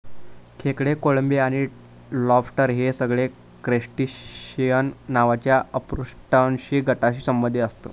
खेकडे, कोळंबी आणि लॉबस्टर हे सगळे क्रस्टेशिअन नावाच्या अपृष्ठवंशी गटाशी संबंधित आसत